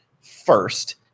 first